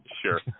Sure